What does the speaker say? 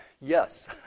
yes